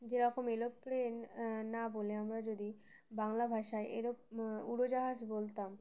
যেরকম এরোপ্লেন না বলে আমরা যদি বাংলা ভাষায় এরো উড়োজাহাজ বলতাম